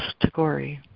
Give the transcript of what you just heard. Tagore